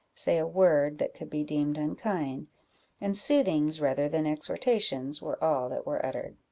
say a word that could be deemed unkind and soothings, rather than exhortations, were all that were uttered.